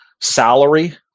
salary